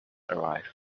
arrived